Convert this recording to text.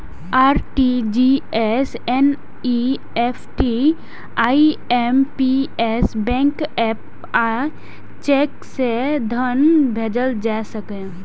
RTGS, NEFT, IMPS, bank app आ cheque सं धन भेजल जा सकैए